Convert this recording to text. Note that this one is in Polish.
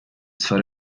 swe